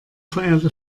verehrte